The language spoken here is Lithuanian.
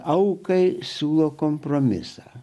aukai siūlo kompromisą